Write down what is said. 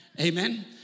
Amen